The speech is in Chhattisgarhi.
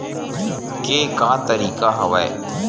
के का तरीका हवय?